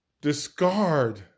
discard